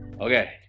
Okay